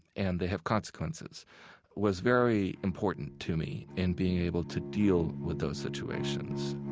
and they have consequences was very important to me in being able to deal with those situations